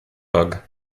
bug